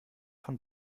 von